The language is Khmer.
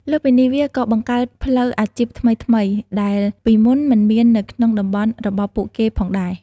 លើសពីនេះ វាក៏បង្កើតផ្លូវអាជីពថ្មីៗ ដែលពីមុនមិនមាននៅក្នុងតំបន់របស់ពួកគេផងដែរ។